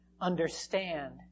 understand